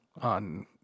on